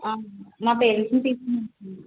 మా పేరంట్స్ని తీసుకుని వస్తాను